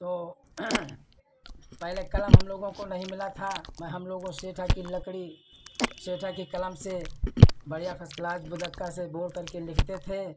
तो पहले कलम हमलोगों को नहीं मिला था मैं हमलोग वह सेठा की लकड़ी सेठा की कलम से बढ़ियाँ फर्स्ट क्लास बुधका से बोड़ करके लिखते थे